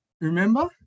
Remember